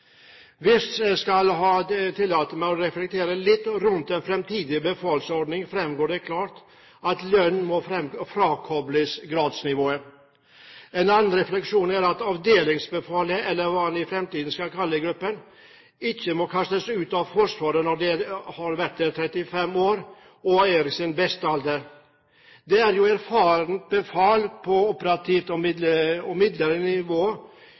fremtidig befalsordning, fremgår det klart at lønn må frakobles gradsnivået. En annen refleksjon er at avdelingsbefalet, eller hva en i fremtiden skal kalle gruppen, ikke må kastes ut av Forsvaret når de er 35 år og i sin beste alder. Det er jo erfarent befal på operativt og midlere nivå innsatsforsvaret anno 2011 og